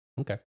Okay